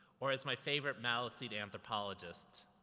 or as my favorite maliseet anthropologist,